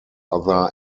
other